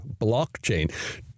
blockchain